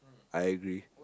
I agree